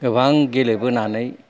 गोबां गेलेबोनानै